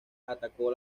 atacó